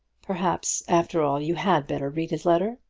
perhaps, after all, you had better read his letter.